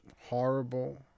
horrible